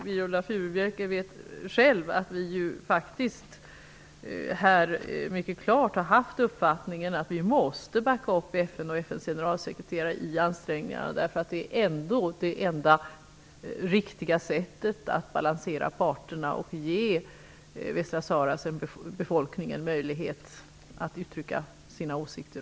Viola Furubjelke vet själv att vi har haft den uppfattningen att vi måste backa upp FN och FN:s generalsekreterare i dessa ansträngningar, eftersom det ändå är det enda riktiga sättet att balansera parterna och ge befolkningen i Västra Sahara en möjlighet att uttrycka sina åsikter.